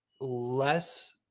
less